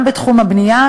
גם בתחום הבנייה,